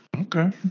Okay